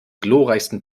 glorreichsten